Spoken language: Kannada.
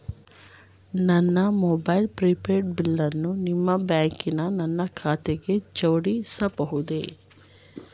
ನನ್ನ ಮೊಬೈಲ್ ಪ್ರಿಪೇಡ್ ಬಿಲ್ಲನ್ನು ನಿಮ್ಮ ಬ್ಯಾಂಕಿನ ನನ್ನ ಖಾತೆಗೆ ಜೋಡಿಸಬಹುದೇ?